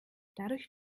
dadurch